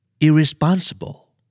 Irresponsible